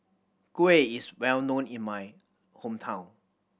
kuih is well known in my hometown